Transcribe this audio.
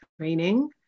training